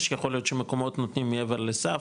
יכול להיות שיש מקומות שנותנים מעבר לסף,